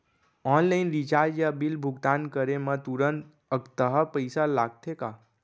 Online recharge या bill भुगतान करे मा तुरंत अक्तहा पइसा लागथे का?